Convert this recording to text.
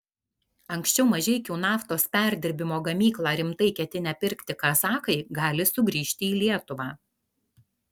anksčiau mažeikių naftos perdirbimo gamyklą rimtai ketinę pirkti kazachai gali sugrįžti į lietuvą